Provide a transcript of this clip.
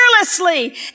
fearlessly